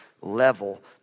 level